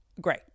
Great